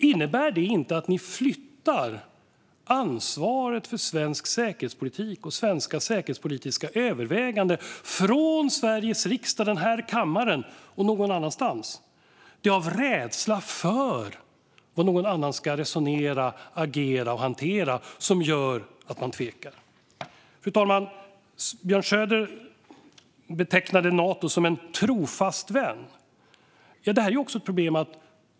Innebär det inte att ni flyttar ansvaret för svensk säkerhetspolitik och svenska säkerhetspolitiska överväganden från Sveriges riksdag och den här kammaren till någon annanstans? Det är rädsla för hur någon annan ska resonera, agera och hantera som gör att man tvekar. Fru talman! Björn Söder betecknade Nato som en trofast vän. Det är också ett problem.